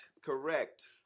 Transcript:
Correct